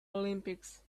olympics